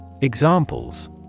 Examples